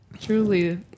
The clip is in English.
truly